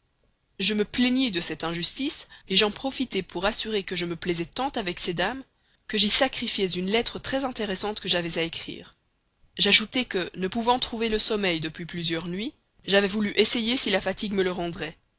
je me plaignis de cette injustice j'en profitai pour assurer que je me plaisais tant à être avec ces dames que j'y sacrifiais une lettre très intéressante que j'avais à écrire j'ajoutai que ne pouvant trouver le sommeil depuis plusieurs nuits j'avais voulu essayer si la fatigue me le rendrait